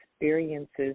experiences